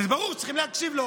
כי זה ברור שצריכים להקשיב לו,